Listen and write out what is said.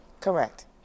Correct